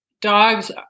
dogs